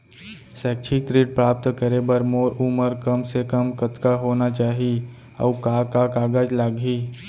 शैक्षिक ऋण प्राप्त करे बर मोर उमर कम से कम कतका होना चाहि, अऊ का का कागज लागही?